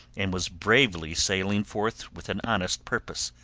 and was bravely sailing forth with an honest purpose,